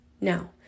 Now